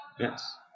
Yes